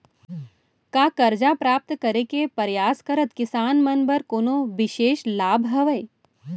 का करजा प्राप्त करे के परयास करत किसान मन बर कोनो बिशेष लाभ हवे?